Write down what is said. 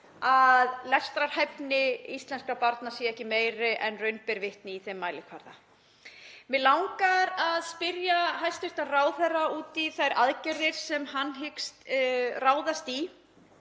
að lestrarhæfni íslenskra barna sé ekki meiri en raun ber vitni á þeim mælikvarða. Mig langar að spyrja hæstv. ráðherra út í þær aðgerðir sem hann hyggst ráðast í